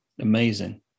Amazing